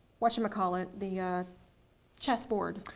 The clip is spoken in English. whatchamacallit, the chess board,